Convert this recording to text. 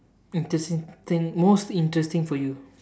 interesting thing most interesting for you